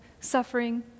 suffering